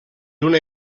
una